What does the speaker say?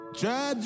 try